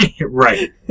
Right